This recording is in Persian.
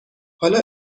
حالا